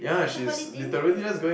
it's a holiday